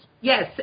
Yes